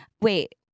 Wait